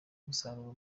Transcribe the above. umusaruro